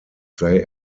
they